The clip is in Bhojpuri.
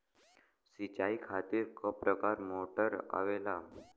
सिचाई खातीर क प्रकार मोटर आवेला?